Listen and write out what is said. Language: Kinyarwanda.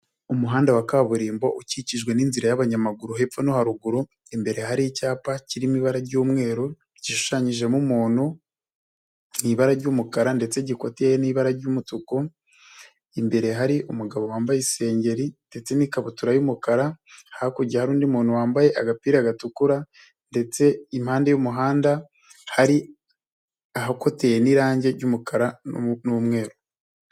Umuhanda wa kaburimbo ukikijwe n'inzira y'abanyamaguru hepfo no haruguru, imbere hari icyapa kirimo ibara ry'umweru gishushanyijemo umuntu mu ibara ry'umukara ndetse gikoteye n'ibara ry'umutuku, imbere hari umugabo wambaye isengeri ndetse n'ikabutura y'umukara, hakurya hari undi muntu wambaye agapira gatukura ndetse impande y'umuhanda hari ahakoteye n'irangi ry'umukara n'umweru.